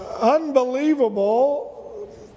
unbelievable